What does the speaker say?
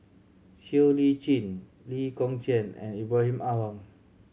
Siow Lee Chin Lee Kong Chian and Ibrahim Awang